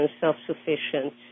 self-sufficient